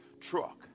truck